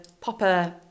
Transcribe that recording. popper